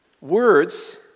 Words